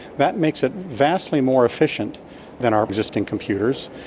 that makes it vastly more efficient than our existing computers,